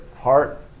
heart